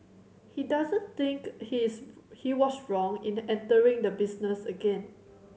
he doesn't think he's he was wrong in entering the business again